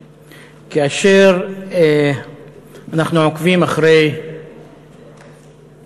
כאשר אנחנו עוקבים אחר מסעותיו של ג'ון קרי,